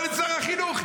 תשאל את שר החינוך.